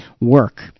work